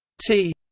t